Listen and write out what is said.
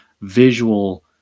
visual